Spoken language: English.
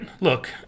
look